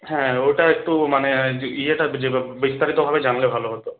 হ্যাঁ ওটা একটু মানে ইয়েটা যে ভাবে বিস্তারিত ভাবে জানলে ভালো হতো